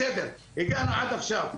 בסדר הגענו עד עכשיו.